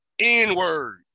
N-word